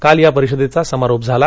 काल या परिषदेचा समारोप झाला